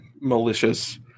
malicious